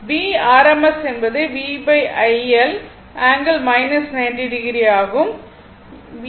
V rms என்பதை V iL ∠ 90o ஆகும்